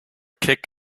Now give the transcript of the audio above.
kick